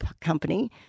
company